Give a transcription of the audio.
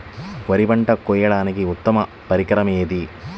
వరి పంట కోయడానికి ఉత్తమ పరికరం ఏది?